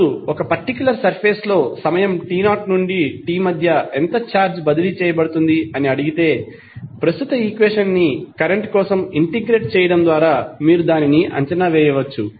ఇప్పుడు ఒక particular surface లో సమయం 𝑡0 నుండి t మధ్య ఎంత ఛార్జ్ బదిలీ చేయబడుతుంది అని అడిగితే ప్రస్తుత ఈక్వేషన్ ని కరెంట్ కోసం ఇంటెగ్రేట్ చేయడం ద్వారా మీరు దానిని అంచనా వేయవచ్చు